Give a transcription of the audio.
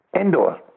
indoor